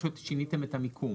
פשוט שיניתם את המיקום.